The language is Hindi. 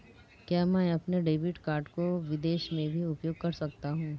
क्या मैं अपने डेबिट कार्ड को विदेश में भी उपयोग कर सकता हूं?